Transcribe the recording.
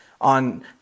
on